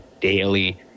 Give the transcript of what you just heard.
daily